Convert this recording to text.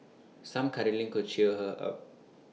some cuddling could cheer her up